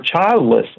childless